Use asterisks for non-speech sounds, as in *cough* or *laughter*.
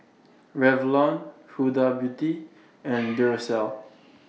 Revlon Huda Beauty and *noise* Duracell